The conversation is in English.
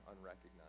unrecognized